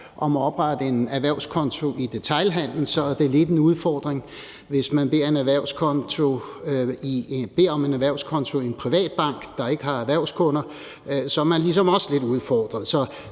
om at oprette en erhvervskonto i detailhandelen, er det lidt af en udfordring, og hvis man beder om en erhvervskonto i en privat bank, der ikke har erhvervskunder, så er man ligesom også lidt udfordret.